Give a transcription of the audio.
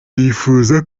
yifuza